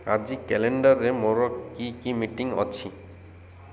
ଆଜି କ୍ୟାଲେଣ୍ଡରରେ ମୋର କି କି ମିଟିଂ ଅଛି